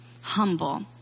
humble